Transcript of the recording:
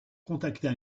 contacter